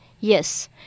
Yes